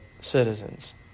citizens